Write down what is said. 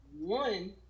one